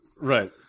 Right